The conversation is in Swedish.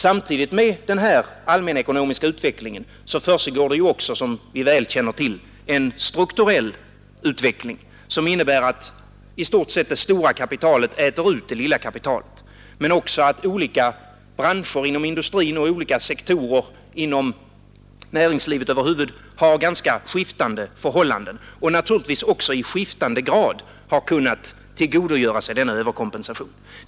Samtidigt med den här allmänekonomiska utvecklingen försiggår ju också, som vi väl känner till, en strukturell utveckling, som i stort sett innebär att det stora kapitalet äter ut det lilla kapitalet men också att olika branscher inom industrin och olika sektorer inom näringslivet över huvud har ganska skiftande förhållanden och naturligtvis också i skiftande grad har kunnat tillgodogöra sig denna överkompensation.